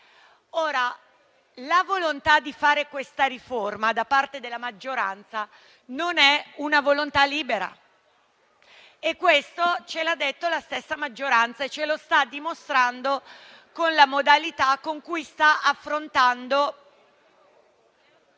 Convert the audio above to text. libera. La volontà di fare questa riforma da parte della maggioranza non è però una volontà libera, e questo ce l'ha detto la stessa maggioranza e ce lo sta dimostrando con la volontà con cui sta affrontando